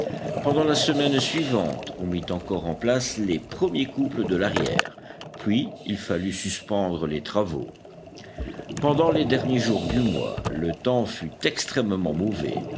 pendant la semaine suivante on mit encore en place les premiers couples de l'arrière puis il fallut suspendre les travaux pendant les derniers jours du mois le temps fut extrêmement mauvais